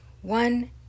One